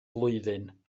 flwyddyn